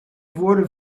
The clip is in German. wurde